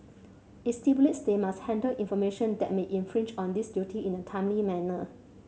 it stipulates they must handle information that may infringe on this duty in a timely manner